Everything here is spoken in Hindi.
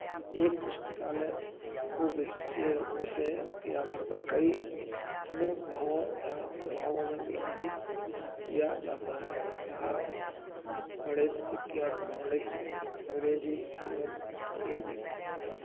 एक पुस्तकालय को विशेष विषय के आधार पर कई अनुभागों या विभागों में विभाजित किया जाता है इतिहास गणित विज्ञान वाणिज्य अंग्रेजी एवं कई